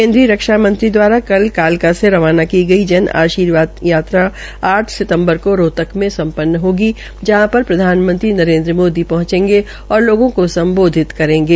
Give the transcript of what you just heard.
केन्द्रीय रक्षा मंत्री द्वारा कल कालका से रवाना की गई जन आर्शीवाद यात्रा आठ सितम्बर को रोहतक में संपन्न होगी जहां पर प्रधानमंत्री नरेन्द्र मोदी पहंचेगे और लोगों को सम्बोधित करेंगे